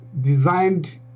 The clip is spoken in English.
designed